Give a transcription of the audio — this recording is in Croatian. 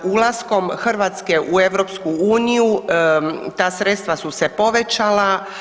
Ulaskom Hrvatske u EU ta sredstva su se povećala.